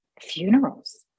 funerals